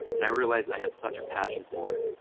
and i realized i had such a passion for it.